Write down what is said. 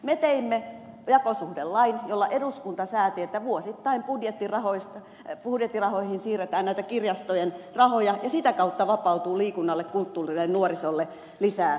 me teimme jakosuhdelain jolla eduskunta sääti että vuosittain budjettirahoihin siirretään kirjastojen rahoja ja sitä kautta vapautuu liikunnalle kulttuurille ja nuorisolle lisää määrärahoja